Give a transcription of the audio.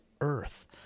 earth